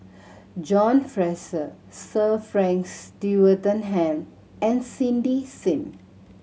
John Fraser Sir Frank Swettenham and Cindy Sim